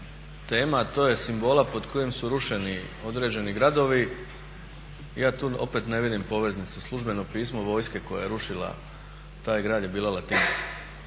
tema, to je simbola pod kojim su rušeni određeni gradovi, ja tu opet ne vidim poveznicu. Službeno pismo vojske koja je rušila taj grad je bila latinica